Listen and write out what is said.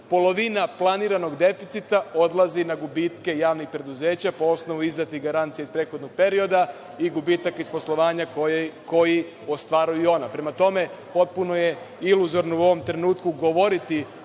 Polovina planiranog deficita odlazi na gubitke javnih preduzeća po osnovu izdatih garancija iz prethodnog perioda i gubitak iz poslovanja koji ostvaruju ona. Prema tome, potpuno je iluzorno u ovom trenutku govoriti